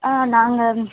ஆ நாங்கள்